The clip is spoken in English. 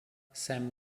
sam